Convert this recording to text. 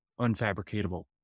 unfabricatable